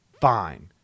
Fine